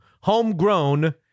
homegrown